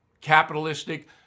Capitalistic